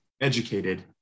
educated